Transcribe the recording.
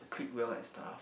click well and stuff